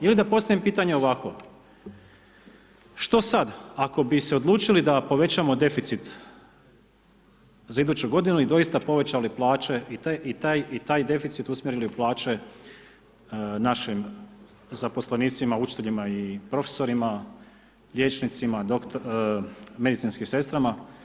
Ili da postavim pitanje ovako, što sada, ako bi se odlučili da povećamo deficit za iduću g. i doista povećali plaće i taj deficit usmjerili u plaće našim zaposlenicima, učiteljima i profesorima, liječnicima, medicinskim sestrama.